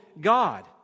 God